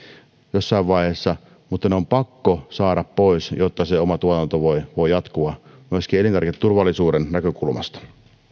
jossain vaiheessa mutta ne on pakko saada pois jotta se oma tuotanto voi voi jatkua myöskin elintarviketurvallisuuden näkökulmasta